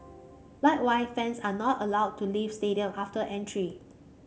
likewise fans are not allowed to leave the stadium after entry